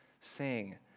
sing